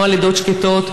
נוהל לידות שקטות,